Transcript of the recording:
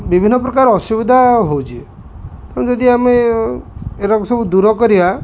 ବିଭିନ୍ନ ପ୍ରକାର ଅସୁବିଧା ହଉଛି ତେଣୁ ଯଦି ଆମେ ଏରାକୁ ସବୁ ଦୂର କରିବା